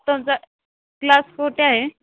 तुमचा क्लास कुठे आहे